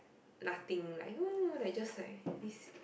nothing like !whoo! like just like this